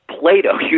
Plato